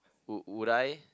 would would I